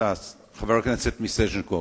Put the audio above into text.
חבר הכנסת מיסז'ניקוב?